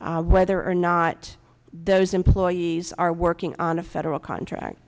whether or not those employees are working on a federal contract